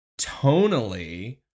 tonally